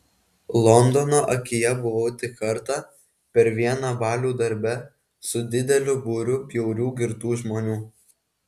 londono akyje buvau tik kartą per vieną balių darbe su dideliu būriu bjaurių girtų žmonių